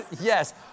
Yes